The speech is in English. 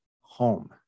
home